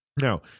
Now